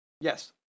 Yes